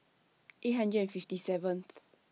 eight hundred and fifty seventh